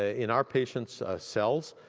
ah in our patient's sells.